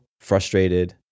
frustrated